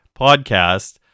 podcast